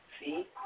See